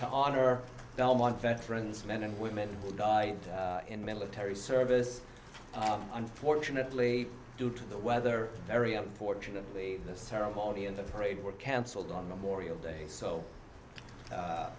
to honor belmont veterans men and women in military service unfortunately due to the weather very unfortunately the ceremony and the parade were canceled on memorial day so